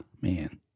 man